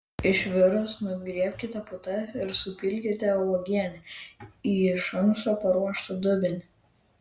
išvirus nugriebkite putas ir supilkite uogienę į iš anksto paruoštą dubenį